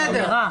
זה בסדר.